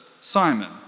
Simon